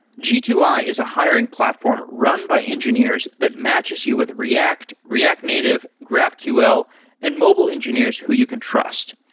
g two i is a hiring platform run by engineers that matches you with react, react native, graphql and mobile engineers engineers who you can trust.